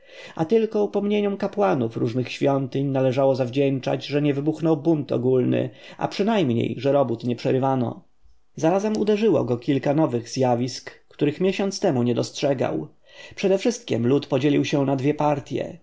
a tylko upomnieniom kapłanów różnych świątyń należało zawdzięczać że nie wybuchnął bunt ogólny a przynajmniej że robót nie przerywano zarazem uderzyło go kilka nowych zjawisk których miesiąc temu nie dostrzegał przedewszystkiem lud podzielił się na dwie partje